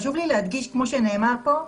חשוב לי להדגיש, כמו שנאמר פה,